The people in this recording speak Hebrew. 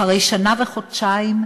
אחרי שנה וחודשיים,